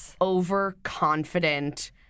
overconfident